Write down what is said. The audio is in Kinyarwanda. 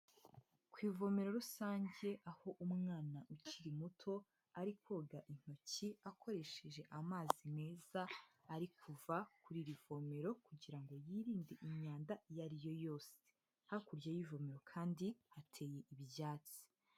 Ku ivomero rusange aho umwana ukiri muto ari koga intoki akoresheje amazi meza, ari kuva kuri iri vomero kugira ngo yirinde imyanda iyo ari yo yose, hakurya y'ivomero kandi hateye ibyatsi.